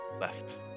left